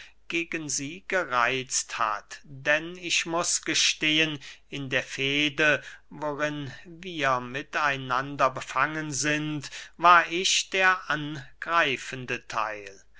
gegen sie gereitzt hat denn ich muß gestehen in der fehde worin wir mit einander befangen sind war ich der angreifende theil